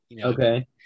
okay